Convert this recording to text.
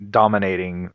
dominating